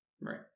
Right